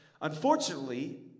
Unfortunately